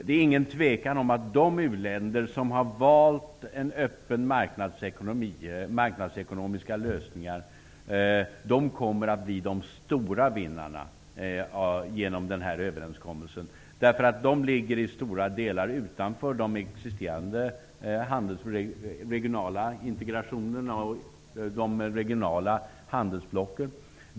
Det är ingen tvekan om att de u-länder som har valt marknadsekonomiska lösningar kommer att bli de stora vinnarna genom den här överenskommelsen. De ligger i stora delar utanför de existerande regionala handelsblocken.